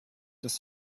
des